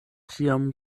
ĉiam